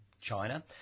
China